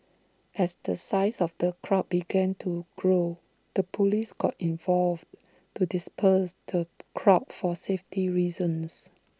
as the size of the crowd began to grow the Police got involved to disperse the crowd for safety reasons